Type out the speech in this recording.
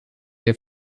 der